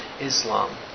Islam